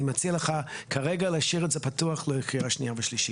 אני מציע לך כרגע להשאיר את זה פתוח לקריאה השנייה והשלישית.